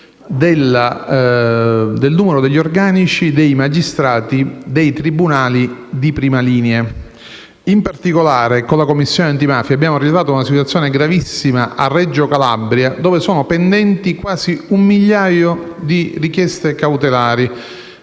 del numero degli organici dei magistrati dei tribunali di prima linea. In particolare, con la Commissione antimafia, abbiamo rilevato una situazione gravissima a Reggio Calabria, dove sono pendenti quasi un migliaio di richieste cautelari,